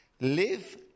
live